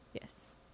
Yes